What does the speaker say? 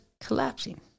collapsing